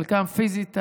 חלקם פיזית,